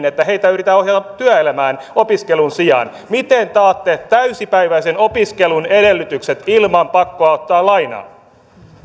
että heitä yritetään ohjata työelämään opiskelun sijaan miten takaatte täysipäiväisen opiskelun edellytykset ilman pakkoa ottaa lainaa